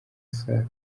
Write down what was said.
saa